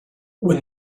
when